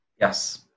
Yes